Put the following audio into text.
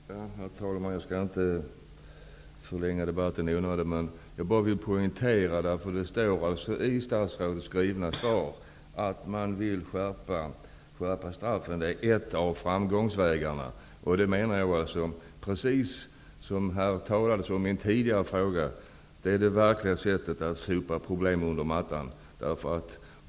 Herr talman! Jag skall inte förlänga debatten i onödan, men det står i statsrådets skrivna tal att man vill skärpa straffen. Det är en av vägarna att gå fram. Jag menar, precis som det talades om i en tidigare fråga, att det är det verkliga sättet att sopa problem under mattan.